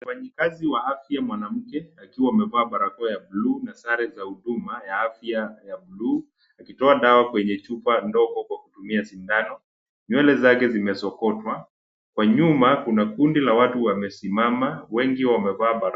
Mfanyikazi wa afya mwanamke, akiwa amevaa barakoa blue , na sare za huduma ya afya ya blue , akitoa dawa kwenye chupa ndogo kwa kutumia sindano. Nywele zake zimesokotwa, kwa nyuma kuna kundi la watu wamesimama, wengi wamevaa barakoa.